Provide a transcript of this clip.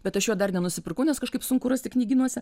bet aš jo dar nenusipirkau nes kažkaip sunku rasti knygynuose